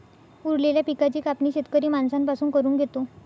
उरलेल्या पिकाची कापणी शेतकरी माणसां पासून करून घेतो